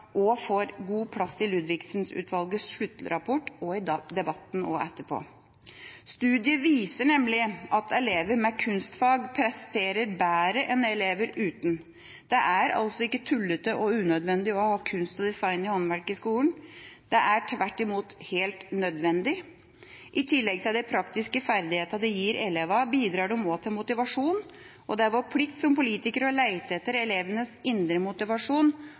får god plass i Ludvigsen-utvalgets sluttrapport og i debatten etterpå. Studier viser nemlig at elever med kunstfag presterer bedre enn elever uten. Det er altså ikke tullete og unødvendig å ha kunst, design og håndverk i skolen, det er tvert imot helt nødvendig. I tillegg til de praktiske ferdighetene det gir elevene, bidrar det til motivasjon, og det er vår plikt som politikere å lete etter elevenes indre motivasjon